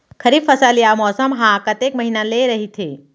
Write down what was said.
खरीफ फसल या मौसम हा कतेक महिना ले रहिथे?